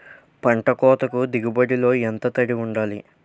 పంట కోతకు దిగుబడి లో ఎంత తడి వుండాలి?